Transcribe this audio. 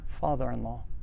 father-in-law